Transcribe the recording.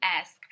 ask